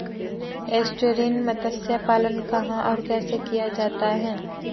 Estuarine मत्स्य पालन कहां और कैसे किया जाता है?